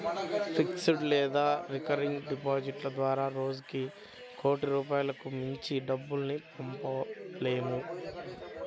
fixed లేదా recurring డిపాజిట్ల ద్వారా రోజుకి కోటి రూపాయలకు మించి డబ్బుల్ని పంపలేము